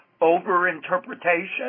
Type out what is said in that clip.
over-interpretation